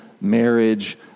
marriage